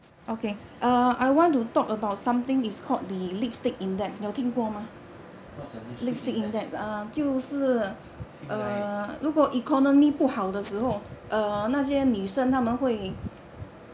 what is a lipstick index simi 来 eh